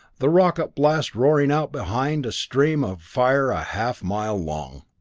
the rocket blast roaring out behind a stream of fire a half mile long.